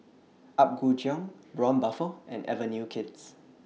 Apgujeong Braun Buffel and Avenue Kids